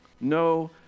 No